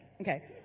Okay